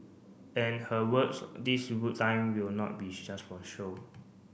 and her works this time will not be just for show